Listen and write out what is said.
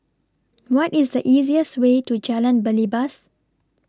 What IS The easiest Way to Jalan Belibas